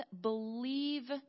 believe